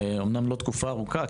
אמנם לא תקופה ארוכה,